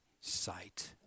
sight